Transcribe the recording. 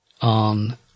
on